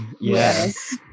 Yes